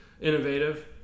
innovative